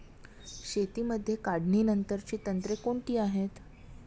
शेतीमध्ये काढणीनंतरची तंत्रे कोणती आहेत?